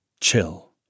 chill